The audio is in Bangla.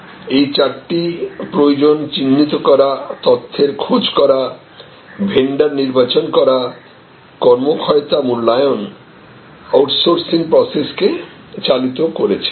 এই চারটি প্রয়োজন চিহ্নিত করা তথ্যের খোঁজ করা ভেন্ডর নির্বাচন করা কর্মক্ষমতা মূল্যায়ন আউটসোর্সিং প্রসেসকে চালিত করেছে